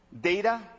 Data